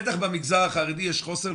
בטח במגזר החרדי שיש חוסר,